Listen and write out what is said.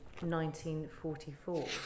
1944